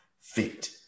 fit